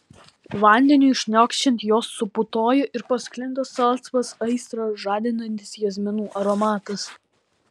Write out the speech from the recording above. vandeniui šniokščiant jos suputoja ir pasklinda salsvas aistrą žadinantis jazminų aromatas